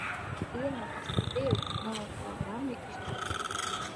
ė nepastebėjau kaip mano kilogramai ištirpo